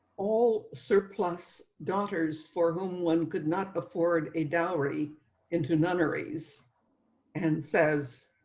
all surplus daughters, for whom one could not afford a dowry into notaries and says,